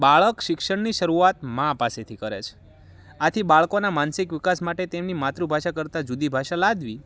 બાળક શિક્ષણની શરૂઆત મા પાસેથી કરે છે આથી બાળકોના માનસિક વિકાસ માટે તેમની માતૃભાષા કરતાં જુદી ભાષા લાદવી